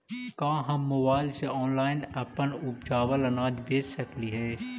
का हम मोबाईल से ऑनलाइन अपन उपजावल अनाज बेच सकली हे?